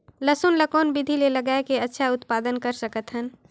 लसुन ल कौन विधि मे लगाय के अच्छा उत्पादन कर सकत हन?